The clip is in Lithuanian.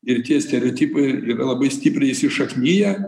ir tie stereotipai yra labai stipriai įsišakniję